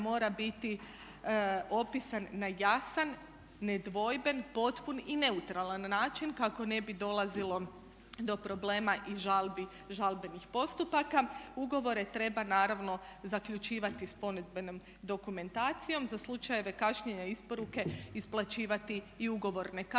mora biti opisan na jasan, nedvojben, potpun i neutralan način kako ne bi dolazilo do problema i žalbenih postupaka. Ugovore treba naravno zaključivati s ponudbenom dokumentacijom. Za slučajeve kašnjenja isporuke isplaćivati i ugovorne kazne.